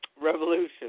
Revolution